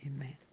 amen